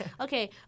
Okay